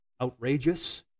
outrageous